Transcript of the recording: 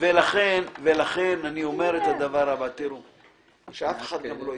לכן אני אומר את הדבר הבא, שאף אחד לא יטעה: